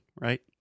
right